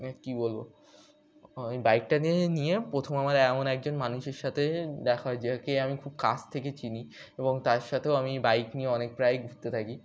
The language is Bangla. কী বলবো ও বাইকটা নিয়ে নিয়ে প্রথম আমার এমন একজন মানুষের সাথে দেখা হয় যাকে আমি খুব কাছ থেকে চিনি এবং তার সাথেও আমি বাইক নিয়ে অনেক প্রায়ই ঘুরতে থাকি